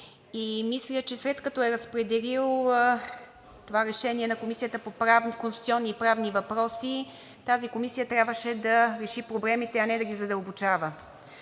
и мисля, че след като е разпределил това решение в Комисията по конституционни и правни въпроси, тази комисия трябваше да реши проблемите, а не да ги задълбочава.